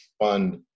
fund